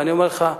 ואני אומר לך,